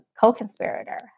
co-conspirator